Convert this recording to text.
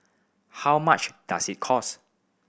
how much does it cost